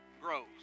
grows